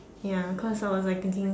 ya cause I was like thinking